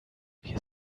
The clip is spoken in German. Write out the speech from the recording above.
wir